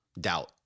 doubt